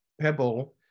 pebble